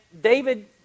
David